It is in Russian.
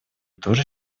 тоже